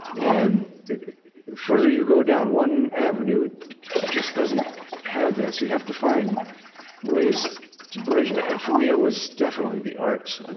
and the further you go down one avenue, it just doesn't have that so you have to find ways to bridge, and and for me, it was definitely the arts and